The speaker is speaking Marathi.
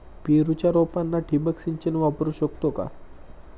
पेरूच्या रोपांना ठिबक सिंचन वापरू शकतो का?